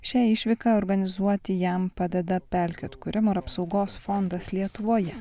šią išvyką organizuoti jam padeda pelkių atkūrimo ir apsaugos fondas lietuvoje